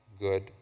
good